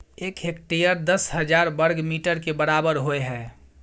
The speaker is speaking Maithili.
एक हेक्टेयर दस हजार वर्ग मीटर के बराबर होय हय